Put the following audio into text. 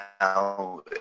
now